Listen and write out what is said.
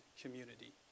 community